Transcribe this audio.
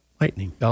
lightning